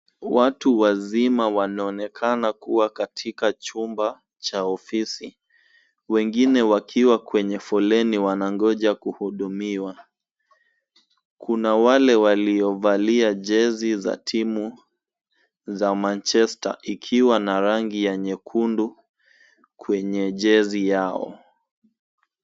Watu wazima wanaonekana kuwa katika chumba cha ofisi wengine wakiwa kwenye foleni wanangoja kuhudumiwa. Kuna wale waliovalia jezi za timu za Manchester ikiwa na rangi ya nyekundu kwenye jezi yao.